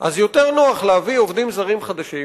אז יותר נוח להביא עובדים זרים חדשים,